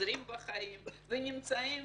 שחוזרים בחיים ונמצאים